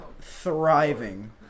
thriving